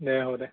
দে হ'ব দে